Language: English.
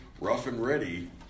rough-and-ready